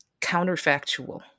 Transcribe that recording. counterfactual